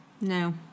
No